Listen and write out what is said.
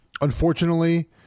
unfortunately—